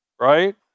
right